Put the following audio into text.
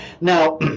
Now